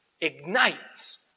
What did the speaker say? ignites